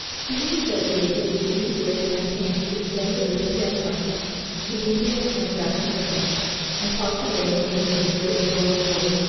he was associated with two great campaigns to extend the british empire in india and south africa and passed away in the midst of the great world war,